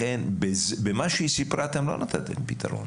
לכן במה שהיא סיפרה אתם לא נתתם פתרון.